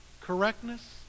correctness